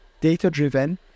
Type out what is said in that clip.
data-driven